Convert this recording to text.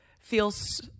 feels